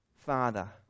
Father